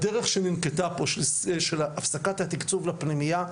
הדרך שננקטה פה של הפסקת תקצוב לפנימייה,